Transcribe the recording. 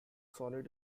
solid